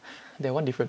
that one different